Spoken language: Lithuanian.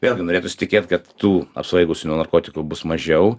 vėlgi norėtųsi tikėt kad tų apsvaigusių nuo narkotikų bus mažiau